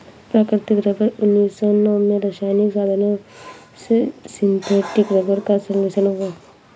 प्राकृतिक रबर उन्नीस सौ नौ में रासायनिक साधनों से सिंथेटिक रबर का संश्लेषण हुआ